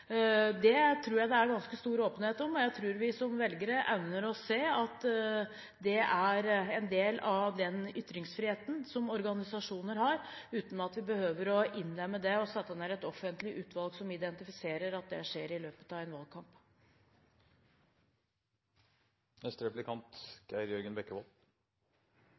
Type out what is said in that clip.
Det tror jeg det er ganske stor åpenhet om, og jeg tror vi som velgere evner å se at det er en del av den ytringsfriheten som organisasjoner har, uten at vi behøver å innlemme det og sette ned et offentlig utvalg som identifiserer at det skjer i løpet av en